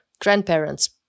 grandparents